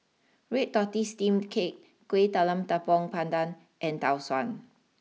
Red Tortoise Steamed Cake Kueh Talam Tepong Pandan and Tau Suan